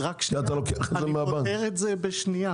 אז רק שנייה, אני פותר את זה בשנייה.